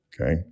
okay